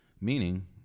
Meaning